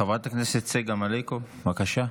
חברת הכנסת צגה מלקו, בבקשה.